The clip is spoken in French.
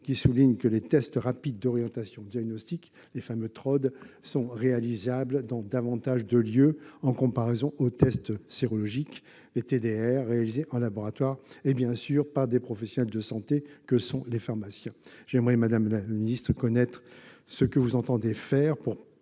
qui souligne que les tests rapides d'orientation diagnostique, les fameux TROD, sont réalisables dans davantage de lieux, en comparaison avec les tests sérologiques, les TDR, réalisés en laboratoire et, bien sûr, par les professionnels de santé que sont les pharmaciens. Madame la secrétaire d'État, j'aimerais savoir ce que vous entendez faire et